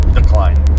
decline